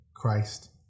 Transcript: Christ